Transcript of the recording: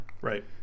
Right